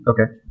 Okay